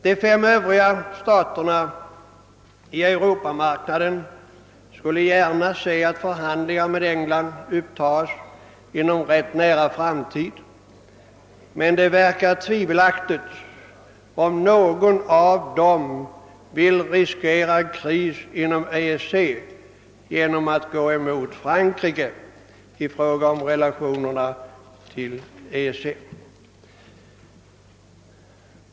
De fem övriga staterna inom Europamarknaden skulle gärna se att förhandlingar med England upptas inom en rätt nära framtid, men det verkar tvivelaktigt om någon av dem vill riskera en kris inom EEC genom att gå emot Frankrike på denna punkt.